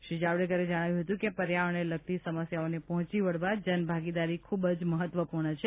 શ્રી જાવડેકરે જણાવ્યું હતું કે પર્યાવરણને લગતી સમસ્યાઓને પહોંચી વળવા જનભાગીદારી ખૂબ જ મહત્વપૂર્ણ છે